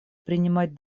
принимать